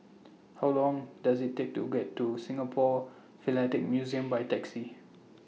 How Long Does IT Take to get to Singapore Philatelic Museum By Taxi